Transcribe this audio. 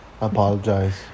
Apologize